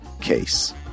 case